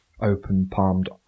open-palmed